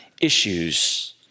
issues